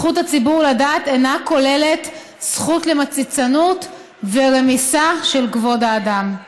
זכות הציבור לדעת אינה כוללת זכות למציצנות ורמיסה של כבוד האדם.